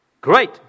Great